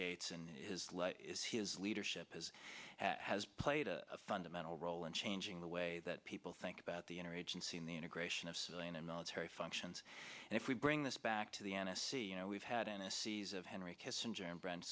gates and his life is his leadership is has played a fundamental role in changing the way that people think about the inner agency and the integration of civilian and military functions and if we bring this back to the n s c you know we've had in a seize of henry kissinger and bran